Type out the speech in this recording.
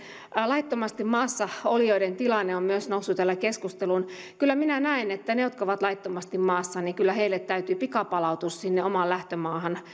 laittomasti maassa olijoiden tilanne on myös noussut täällä keskusteluun kyllä minä näen että niille jotka ovat laittomasti maassa kyllä täytyy pikapalautus omaan lähtömaahansa